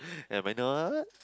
am I not